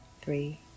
three